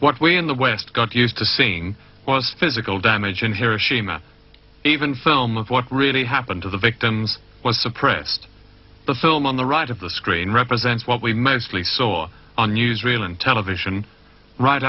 what we in the west got used to seeing was physical damage in hiroshima even film of what really happened to the victims was suppressed the film on the right of the screen represents what we mostly saw on news reel and television right